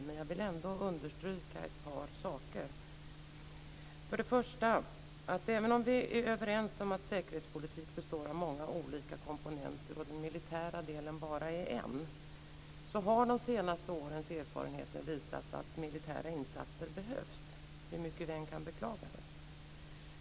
Men jag vill ändå understryka ett par saker. Även om vi är överens om att säkerhetspolitik består av många olika komponenter och den militära delen bara är en har de senaste årens erfarenheter visat att militära insatser behövs hur mycket vi än kan beklaga det.